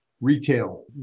retail